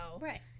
right